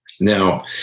Now